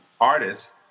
artists